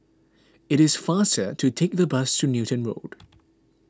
it is faster to take the bus to Newton Road